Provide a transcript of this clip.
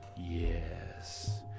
Yes